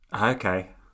Okay